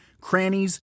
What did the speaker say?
crannies